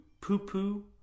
poo-poo